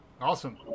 Awesome